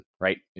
right